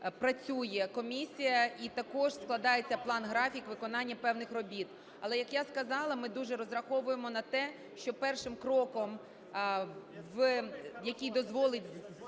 працює комісія і також складається план-графік виконання певних робіт. Але, як я сказала, ми дуже розраховуємо на те, що першим кроком, який дозволить